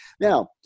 now